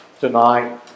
tonight